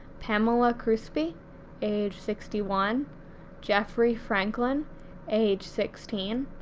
pamela kruspe age sixty one jeffrey franklin age sixteen,